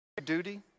Duty